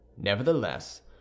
Nevertheless